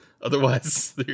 otherwise